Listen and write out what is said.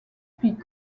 puis